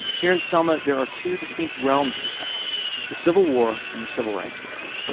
here in selma, there are two distinct realms of the past the civil war and the civil rights movement.